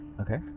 Okay